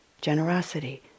generosity